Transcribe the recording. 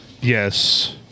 Yes